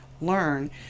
learn